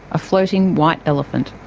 a floating white elephant.